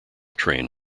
train